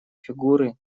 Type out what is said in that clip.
фигуры